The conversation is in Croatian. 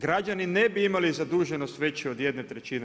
Građani ne bi imali zaduženost veće od 1/